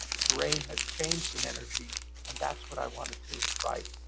the terrain has changed in energy and that's what i wanted to write.